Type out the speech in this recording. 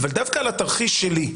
אבל דווקא על התרחיש שלי,